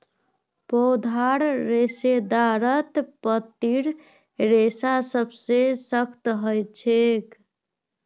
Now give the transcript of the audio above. पौधार रेशेदारत पत्तीर रेशा सबसे सख्त ह छेक